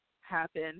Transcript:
happen